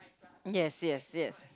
yes yes yes